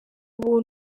ubu